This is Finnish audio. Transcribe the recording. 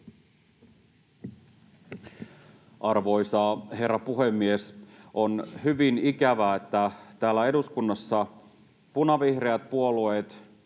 Arvoisa herra puhemies! On hyvin ikävää, että täällä eduskunnassa puhevihreät puolueet